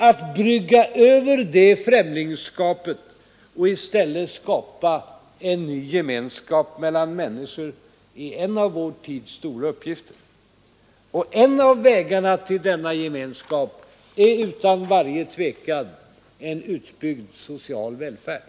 Att brygga över detta främlingskap och i stället skapa en ny gemenskap mellan människor är en av vår tids stora uppgifter. Och en av vägarna till denna nya gemenskap är utan varje tvivel en utbyggd social välfärd.